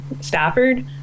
Stafford